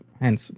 hence